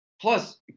plus